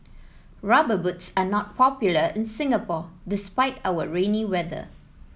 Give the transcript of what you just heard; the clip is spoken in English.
rubber boots are not popular in Singapore despite our rainy weather